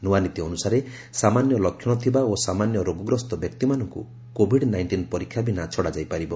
ନୂଆ ନୀତି ଅନୁସାରେ ସାମାନ୍ୟ ଲକ୍ଷଣ ଥିବା ଓ ସାମାନ୍ୟ ରୋଗଗ୍ରସ୍ତ ବ୍ୟକ୍ତିମାନଙ୍କୁ କୋଭିଡ୍ ନାଇଷ୍ଟିନ୍ ପରୀକ୍ଷା ବିନା ଛଡ଼ାଯାଇ ପାରିବ